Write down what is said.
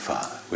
Father